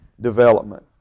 development